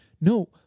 No